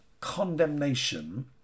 condemnation